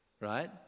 right